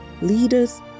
leaders